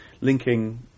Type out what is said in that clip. linking